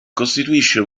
costituisce